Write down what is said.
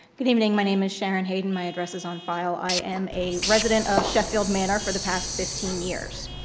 good evening, my name is sharon hayden, my addresses on file. i am a resident of sheffield manor for the past fifteen years.